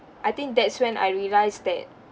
I think that's when I realised that